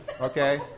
Okay